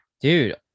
Dude